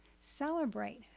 Celebrate